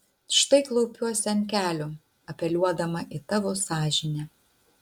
štai klaupiuosi ant kelių apeliuodama į tavo sąžinę